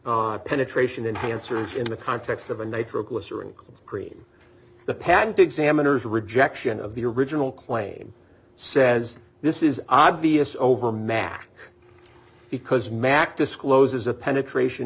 of penetration and cancers in the context of a nitroglycerin cream the patent examiners rejection of the original claim says this is obvious over mac because mac discloses a penetration